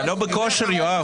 אתה לא בכושר, יואב.